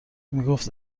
میگفت